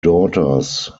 daughters